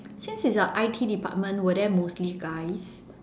since its a I_T department were there mostly guys